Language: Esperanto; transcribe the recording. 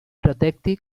protekti